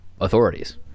authorities